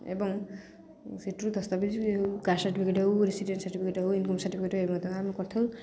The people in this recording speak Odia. ଏବଂ ସେଠରୁ ଦସ୍ତାବିଜ ହେଉ କାଷ୍ଟ ସାର୍ଟିିଫିକେଟ୍ ହେଉ ରେସିଡେଣ୍ଟ ସାର୍ଟିଫିକେଟ୍ ହେଉ ଇନକମ୍ ସାର୍ଟିଫିକେଟ୍ ହେଉ ଏ ମଧ୍ୟ ଆମେ କରିଥାଉ